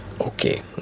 Okay